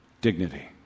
dignity